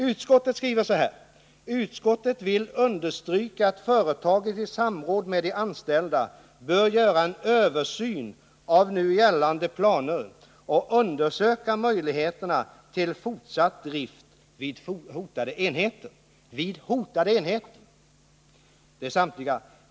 Utskottet skriver så här: ”Utskottet vill understryka att företaget i samråd med de anställda bör göra en översyn av nu gällande planer och undersöka möjligheterna till fortsatt drift vid hotade enheter.